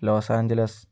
Los Angeles